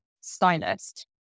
stylist